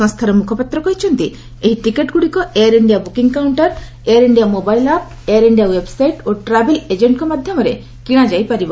ସଂସ୍କାର ମୁଖପାତ୍ର କହିଛନ୍ତି ଏହି ଟିକେଟ୍ଗୁଡ଼ିକ Air India booking counter Air India mobile app Air India website ଓ ଟ୍ରାଭେଲ୍ ଏଜେଣ୍ଟ୍ଙ୍କ ମାଧ୍ୟମରେ କିଣାଯାଇପାରିବ